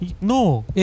No